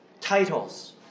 titles